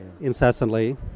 incessantly